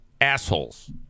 assholes